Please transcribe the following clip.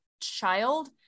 child